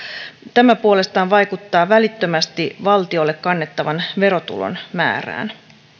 tämä puolestaan vaikuttaa välittömästi valtiolle kannettavan verotulon määrään